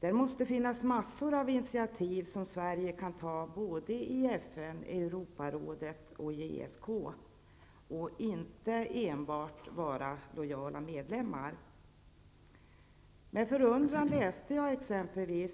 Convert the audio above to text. Det måste finnas mängder av initiativ som Sverige i stället för att enbart vara lojal medlem kan ta, såväl i FN, i Europarådet som i ESK. Med förundran tog jag del av